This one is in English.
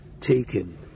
taken